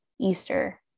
Easter